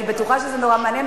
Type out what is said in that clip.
אני בטוחה שזה נורא מעניין,